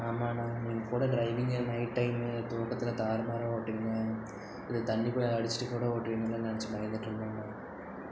ஆமாம்ணா நீங்கள் கூட டிரைவிங்கில் நைட் டைமு தூக்கத்தில் தாருமாராக ஓட்டுவிங்க இல்லை தண்ணி கூட அடிச்சிட்டு கூட ஓட்டுவிங்கன்னு நினச்சி பயந்துட்ருந்தங்கணா